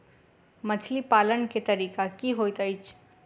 मछली पालन केँ तरीका की होइत अछि?